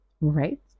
right